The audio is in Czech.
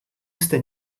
jste